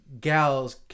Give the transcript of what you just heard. gal's